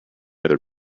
other